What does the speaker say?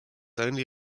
only